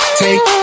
take